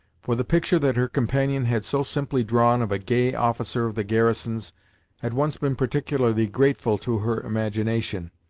for the picture that her companion had so simply drawn of a gay officer of the garrisons had once been particularly grateful to her imagination,